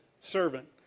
servant